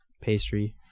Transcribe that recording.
pastry